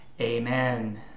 Amen